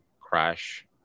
crash